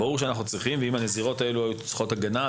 ואם הנזירות הללו היו צריכות הגנה,